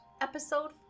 Episode